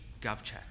GovChat